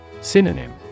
Synonym